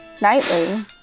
nightly